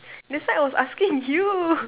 that's why I was asking you